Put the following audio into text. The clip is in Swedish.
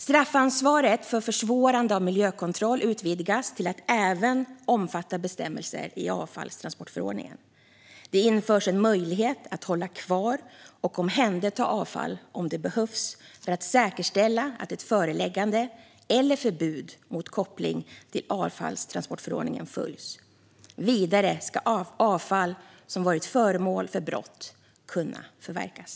Straffansvaret för försvårande av miljökontroll utvidgas till att även omfatta bestämmelser i avfallstransportförordningen. Det införs en möjlighet att hålla kvar och omhänderta avfall om det behövs för att säkerställa att ett föreläggande eller förbud med koppling till avfallstransportförordningen följs. Vidare ska avfall som varit föremål för brott kunna förverkas.